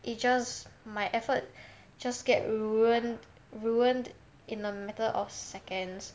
it just my effort just get ruined ruined in a matter of seconds